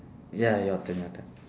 ya your turn your turn